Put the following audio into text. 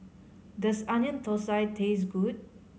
does Onion Thosai taste good